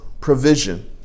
provision